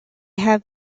have